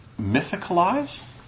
mythicalize